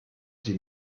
die